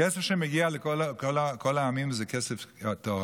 כסף שמגיע לכל העמים זה כסף טוב,